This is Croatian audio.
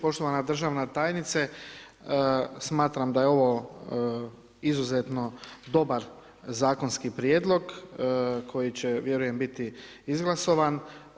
Poštovana državna tajnice, smatram da je ovo izuzetno dobar zakonski prijedlog, koji će vjerujem biti izglasovan.